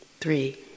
Three